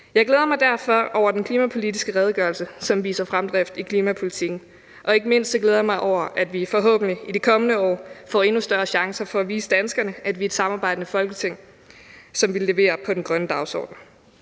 Jeg glæder mig derfor over den klimapolitiske redegørelse, som viser fremdrift i klimapolitikken, og ikke mindst glæder jeg mig over, at vi forhåbentlig i det kommende år får endnu større chancer for at vise danskerne, at vi er et samarbejdende Folketing, som vil levere på den grønne dagsorden.